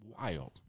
wild